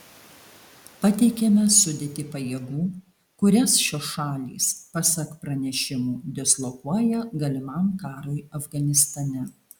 pateikiame sudėtį pajėgų kurias šios šalys pasak pranešimų dislokuoja galimam karui afganistane